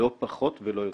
לא פחות ולא יותר.